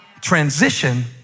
Transition